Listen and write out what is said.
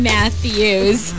Matthews